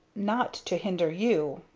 not to hinder you.